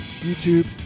YouTube